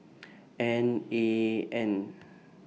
N A N